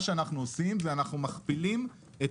מה שאנחנו עושים זה שאנחנו מכפילים את